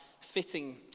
fitting